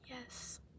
Yes